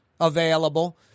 available